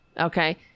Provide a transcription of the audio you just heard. okay